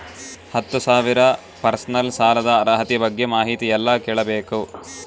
ಹತ್ತು ಸಾವಿರ ಪರ್ಸನಲ್ ಸಾಲದ ಅರ್ಹತಿ ಬಗ್ಗೆ ಮಾಹಿತಿ ಎಲ್ಲ ಕೇಳಬೇಕು?